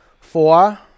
Four